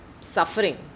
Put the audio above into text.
suffering